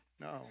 no